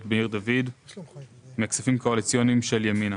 בעיר דוד מכספים קואליציוניים של ימינה.